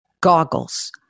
Goggles